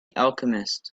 alchemist